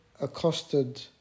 accosted